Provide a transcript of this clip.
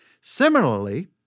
Similarly